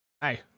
Hey